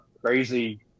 crazy